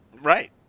Right